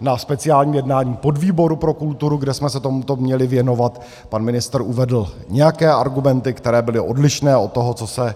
Na speciálním jednání podvýboru pro kulturu, kde jsme se tomuto měli věnovat, pan ministr uvedl nějaké argumenty, které byly odlišné od toho, co se